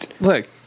look